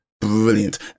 brilliant